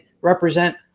represent